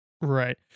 Right